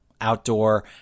outdoor